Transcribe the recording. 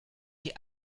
die